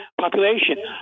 population